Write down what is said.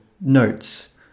notes